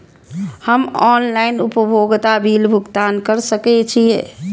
हम ऑनलाइन उपभोगता बिल भुगतान कर सकैछी?